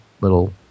little